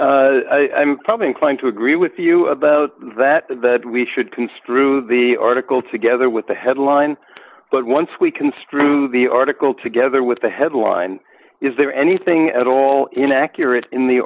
judgment i'm probably inclined to agree with you about that that we should construe the article together with the headline but once we construe the article together with the headline is there anything at all inaccurate in the